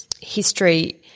history